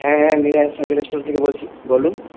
হ্যাঁ হ্যাঁ Meera cycle store থেকে বলছি বলুন